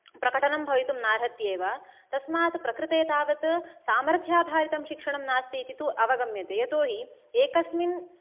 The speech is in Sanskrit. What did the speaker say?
प्रकटनं भवितुं नार्हत्येव तस्मात् प्रकृते तावत् सामर्थ्याधारितं शिक्षणं नास्ति इति तु अवगम्यते यतोऽहि एकस्मिन्